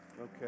Okay